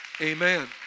Amen